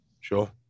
Sure